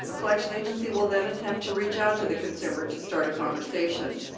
ah collection agency will then attempt to reach out to the consumer to start a conversation.